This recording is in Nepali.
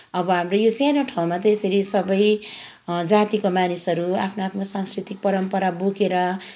अब हाम्रो यो सानो ठाउँमा त यसरी सबै जातिको मानिसहरू आफ्नो आफ्नो सांस्कृतिक परम्परा बोकेर